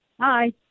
Hi